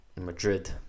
Madrid